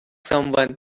someone